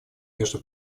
между